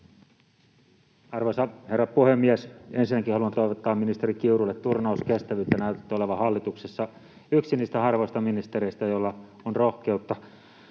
Arvoisa herra puhemies! Ensinnäkin haluan toivottaa ministeri Kiurulle turnauskestävyyttä. Näytätte olevan hallituksessa yksi niistä harvoista ministereistä, joilla on rohkeutta